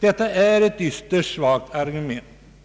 Detta är ett ytterst svagt argument.